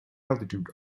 altitude